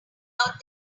about